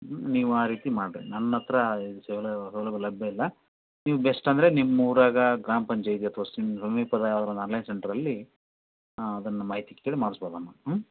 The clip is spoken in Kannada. ನೀವು ಆ ರೀತಿ ಮಾಡಿರಿ ನನ್ನ ಹತ್ರ ಈ ಸೌಲಭ್ಯ ಲಭ್ಯ ಇಲ್ಲ ನೀವು ಬೆಸ್ಟ್ ಅಂದರೆ ನಿಮ್ಮ ಊರಾಗ ಗ್ರಾಮ ಪಂಚಾಯಿತಿ ಅಥ್ವಾ ಸಿಮ್ ಸಮೀಪದ ಯಾವ್ದಾದ್ರು ಒಂದು ಆನ್ಲೈನ್ ಸೆಂಟರಲ್ಲಿ ಅದನ್ನು ಮಾಹಿತಿ ಕೇಳಿ ಮಾಡಿಸ್ಬೋದಮ್ಮ ಹ್ಞೂ